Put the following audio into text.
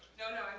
no, no,